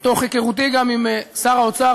מתוך היכרותי גם עם שר האוצר,